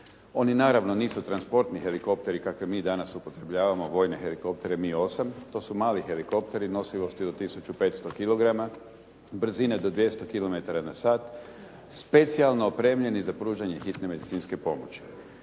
Oni naravno nisu transportni helikopteri kakve mi danas upotrebljavamo. Vojne helikoptere MI8. To su mali helikopteri, nosivosti do tisuću 500 kilograma, brzine do 200 kilometara na sat, specijalno opremljeni za pružanje hitne medicinske pomoći.